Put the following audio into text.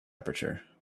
aperture